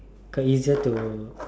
cause easier to